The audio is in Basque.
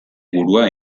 burua